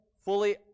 fully